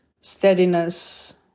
steadiness